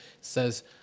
says